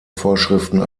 vorschriften